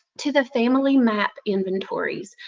to the family map inventories.